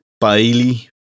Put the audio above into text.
Bailey